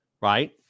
right